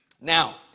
Now